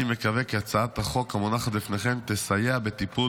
אני מקווה כי הצעת החוק המונחת בפניכם תסייע בטיפול